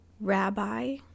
Rabbi